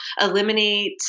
eliminate